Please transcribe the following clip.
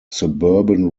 suburban